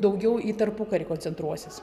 daugiau į tarpukarį koncentruosis